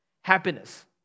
happiness